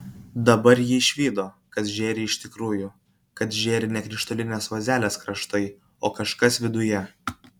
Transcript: dabar ji išvydo kas žėri iš tikrųjų kad žėri ne krištolinės vazelės kraštai o kažkas viduje